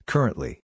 Currently